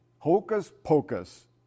Hocus-pocus